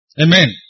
Amen